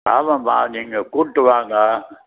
ஆமாம்மா நீங்கள் கூட்டு வாங்க